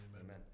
Amen